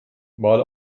mal